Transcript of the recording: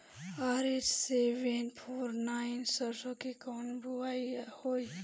RH seven four nine सरसो के कब बुआई होई?